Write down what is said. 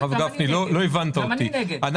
גם אני נגד.